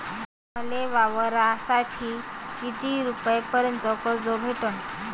मले वावरासाठी किती रुपयापर्यंत कर्ज भेटन?